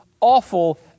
awful